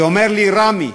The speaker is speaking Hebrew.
אומר לי רמי,